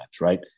right